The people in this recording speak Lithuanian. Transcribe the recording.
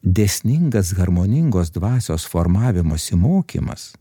dėsningas harmoningos dvasios formavimosi mokymas